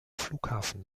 flughafen